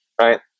right